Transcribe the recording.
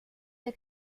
der